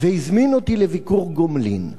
והזמין אותי לביקור גומלין.